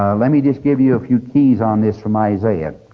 let me just give you a few keys on this from isaiah.